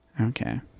Okay